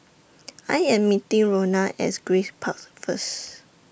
I Am meeting Ronna At Grace Park First